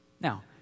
Now